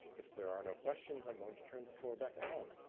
if there are no questions, i'm going to turn the floor back to alan.